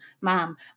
mom